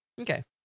Okay